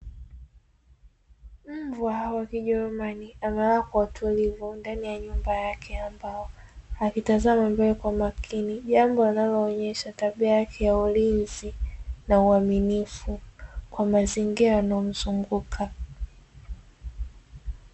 Mbwa wa kijerumani amelala kwa utulivu ndani ya nyumba yake ya mbao, akitazama mbali kwa makini, jambo linaloonesha tabia yake ya ulinzi na uwaminifu Kwa mazingira yanayo mzunguka.